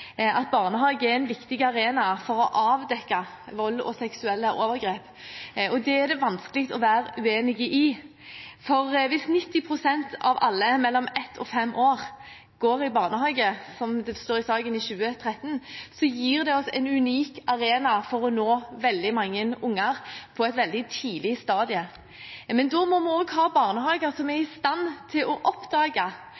at barnehagen er en viktig arena for å avdekke vold og seksuelle overgrep. Det er det vanskelig å være uenig i, for hvis 90 pst. av alle barn mellom ett og fem år går i barnehage – som det står i innstillingen at var tilfellet i 2013 – gir det oss en unik arena for å nå veldig mange unger på et veldig tidlig stadium. Men da må vi også ha barnehager som er i stand til å oppdage